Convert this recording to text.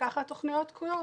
וככה התוכניות תקועות.